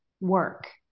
work